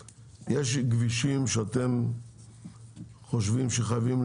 אז זה כביש 20; כביש 4; כביש 40